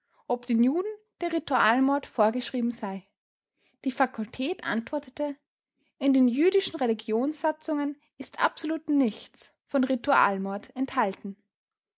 ob den juden der ritualmord vorgeschrieben sei die fakultät antwortete in den jüdischen religionssatzungen ist absolut nichts von ritualmord enthalten